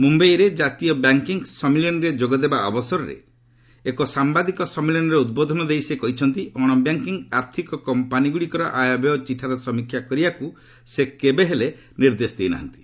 ମୁମ୍ୟାଇରେ ଜାତୀୟ ବ୍ୟାଙ୍କିଙ୍ଗ୍ ସମ୍ମିଳନୀରେ ଯୋଗ ଦେବା ଅବସରରେ ଏକ ସାମ୍ବାଦିକ ସମ୍ମିଳନୀରେ ଉଦ୍ବୋଧନ ଦେଇ ସେ କହିଛନ୍ତି ଅଣବ୍ୟାଙ୍କିଙ୍ଗ୍ ଆର୍ଥିକ କମ୍ପାନୀଗ୍ରଡ଼ିକର ଆୟବ୍ୟୟ ଚିଠାର ସମୀକ୍ଷା କରିବାକ୍ ସେ କେବେ ନିର୍ଦ୍ଦେଶ ଦେଇ ନାହାନ୍ତି